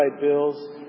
bills